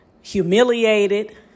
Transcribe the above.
humiliated